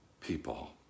people